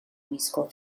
musical